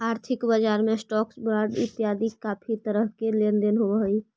आर्थिक बजार में स्टॉक्स, बॉंडस इतियादी काफी तरह के लेन देन होव हई